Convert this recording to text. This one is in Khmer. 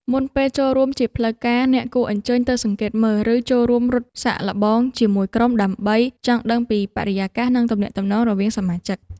មុនពេលចូលរួមជាផ្លូវការ អ្នកគួរអញ្ជើញទៅសង្កេតមើល ឬចូលរួមរត់សាកល្បងជាមួយក្រុម ដើម្បីចង់ដឹងពីបរិយាកាស និងទំនាក់ទំនងរវាងសមាជិក។